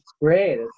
great